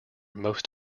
most